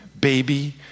baby